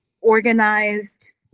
organized